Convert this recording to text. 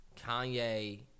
Kanye